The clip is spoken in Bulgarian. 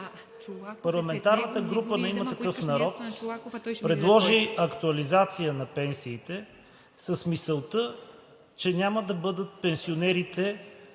парламентарната група на „Има такъв народ“ предложи актуализация на пенсиите с мисълта, че пенсионерите